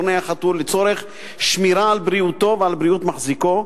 אפשר לעקור את ציפורני החתול לצורך שמירה על בריאותו ועל בריאות מחזיקו,